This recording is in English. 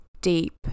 deep